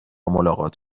ملاقات